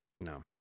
no